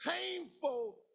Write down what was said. painful